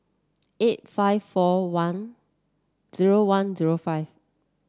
eight five four one zero one zero five